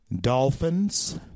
Dolphins